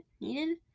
needed